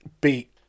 beat